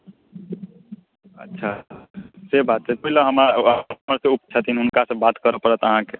अच्छा से बात छै पहिले हमरासँ उप छथिन हुनकासँ बात करय पड़त अहाँकेँ